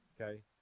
okay